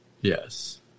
Yes